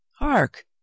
hark